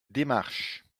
démarche